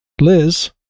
Liz